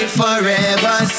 forever